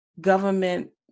government